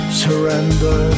surrender